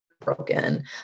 broken